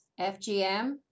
FGM